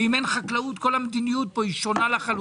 אם אין חקלאות, כל המדיניות פה היא שונה לחלוטין.